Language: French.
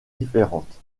différentes